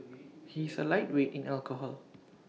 he is A lightweight in alcohol